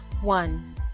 One